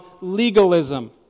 legalism